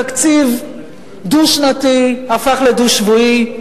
תקציב דו-שנתי הפך לדו-שבועי.